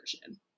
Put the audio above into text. version